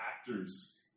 actors